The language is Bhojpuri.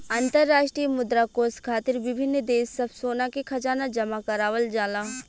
अंतरराष्ट्रीय मुद्रा कोष खातिर विभिन्न देश सब सोना के खजाना जमा करावल जाला